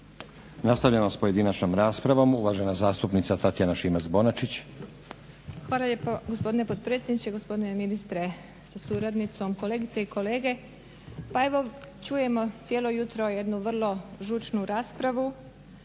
Nastavljamo s pojedinačnom raspravom. Uvažena zastupnica Tatjana Šimac-Bonačić. **Šimac Bonačić, Tatjana (SDP)** Hvala lijepo gospodine potpredsjedniče, gospodine ministre sa suradnicom, kolegice i kolege. Pa evo čujemo cijelo jutro jednu vrlo žučnu raspravu.